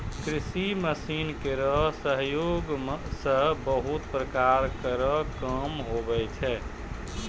कृषि मसीन केरो सहयोग सें बहुत प्रकार केरो काम होय छै